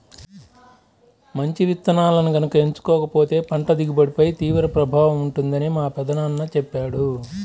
మంచి విత్తనాలను గనక ఎంచుకోకపోతే పంట దిగుబడిపై తీవ్ర ప్రభావం ఉంటుందని మా పెదనాన్న చెప్పాడు